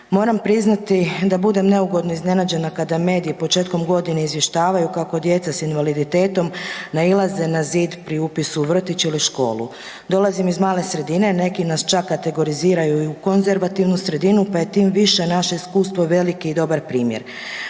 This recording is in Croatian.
Moram priznati da budem neugodno iznenađena kada mediji početkom godine izvještavaju kako djeca s invaliditetom nailaze na zid pri upisu u vrtić ili školu. Dolazim iz male sredine, neki nas čak kategoriziraju i u konzervativnu sredinu, pa je tim više naše iskustvo veliki i dobar primjer.